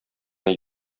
генә